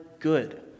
good